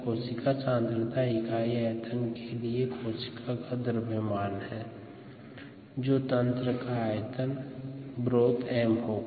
कोशिका सांद्रता इकाई आयतन के लिए कोशिका का द्रव्यमान है जो तंत्र का आयतन या ब्रोथ m होगा